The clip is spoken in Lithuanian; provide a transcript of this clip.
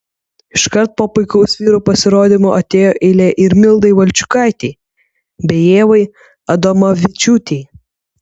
iškart po puikaus vyrų pasirodymo atėjo eilė ir mildai valčiukaitei bei ievai adomavičiūtei